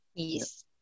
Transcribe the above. Yes